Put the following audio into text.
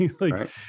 Right